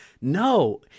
no